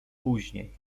później